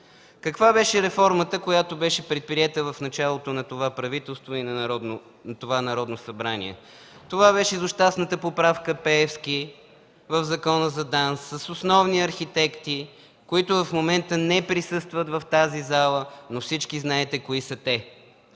Каква беше реформата, предприета в началото на това правителство и на това Народно събрание? Това беше злощастната поправка „Пеевски” в Закона за ДАНС, с основни архитекти, които в момента не присъстват в тази зала, но всички знаете кои са те.